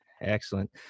Excellent